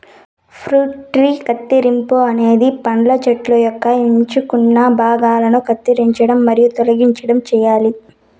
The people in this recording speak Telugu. ఫ్రూట్ ట్రీ కత్తిరింపు అనేది పండ్ల చెట్టు యొక్క ఎంచుకున్న భాగాలను కత్తిరించడం మరియు తొలగించడం చేయాలి